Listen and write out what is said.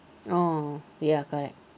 oh ya correct